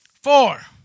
Four